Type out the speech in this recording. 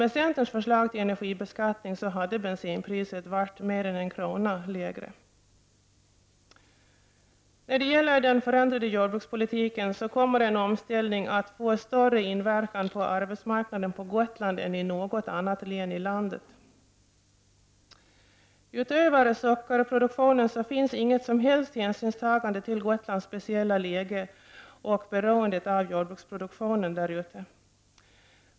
Med centerns förslag till energibeskattning skulle bensinpriset vara mer än en krona lägre. När det gäller den förändrade jordbrukspolitiken kommer en omställning att få större inverkan på arbetsmarknaden på Gotland än i något annat län i landet. Bortsett från sockerproduktionen finns det inget som helst hänsynstagande till Gotlands speciella läge och beroende av jordbruksproduktionen.